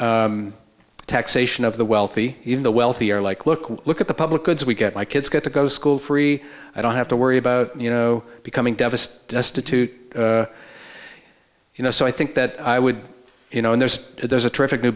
for taxation of the wealthy even the wealthy are like look look at the public goods we get my kids get to go to school free i don't have to worry about you know becoming deficit destitute you know so i think that i would you know and there's there's a terrific new